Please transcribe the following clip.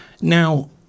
Now